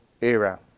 era